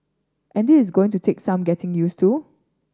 and this is going to take some getting use to